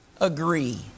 agree